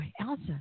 Elsa